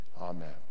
Amen